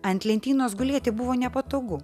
ant lentynos gulėti buvo nepatogu